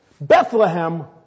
Bethlehem